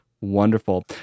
Wonderful